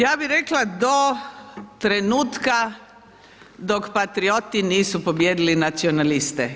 Ja bih rekla do trenutka dok patrioti nisu pobijedili nacionaliste.